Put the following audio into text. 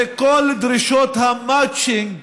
זה כל דרישות המצ'ינג